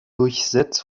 durchsetzt